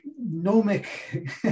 gnomic